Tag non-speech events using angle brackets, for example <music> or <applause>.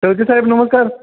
<unintelligible> साहेब नमस्कार